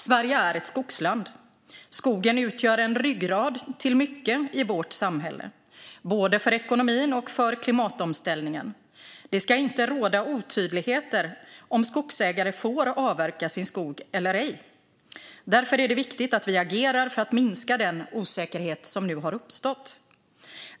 Sverige är ett skogsland, och skogen utgör en ryggrad till mycket i vårt samhälle, både för ekonomin och för klimatomställningen. Det ska inte råda otydligheter om huruvida skogsägare får avverka sin skog eller ej. Därför är det viktigt att vi agerar för att minska den osäkerhet som nu har uppstått.